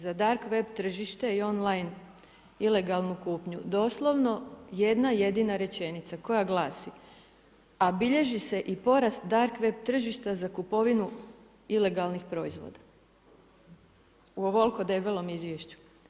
Za dark web tržište i on line ilegalnu kupnju doslovno jedna jedina rečenica koja glasi: „A bilježi se i porast dark web tržišta za kupovinu ilegalnih proizvoda.“ U ovoliko debelom izvješću.